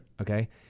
okay